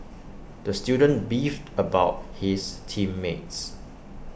the student beefed about his team mates